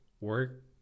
work